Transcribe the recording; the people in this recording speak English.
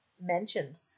mentioned